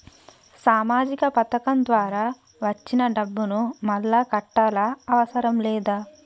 సామాజిక పథకం ద్వారా వచ్చిన డబ్బును మళ్ళా కట్టాలా అవసరం లేదా?